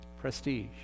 Prestige